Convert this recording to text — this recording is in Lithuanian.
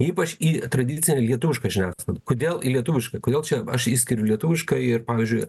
ypač į tradicinę lietuvišką žiniasklaidą kodėl lietuviška kodėl čia aš ir lietuviška ir pavyzdžiui